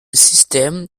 system